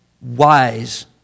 wise